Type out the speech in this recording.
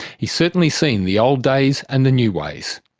he's certainly seen the old days and the new ways.